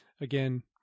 again